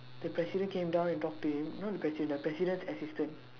the president came down and talk to him not the president the president's assistant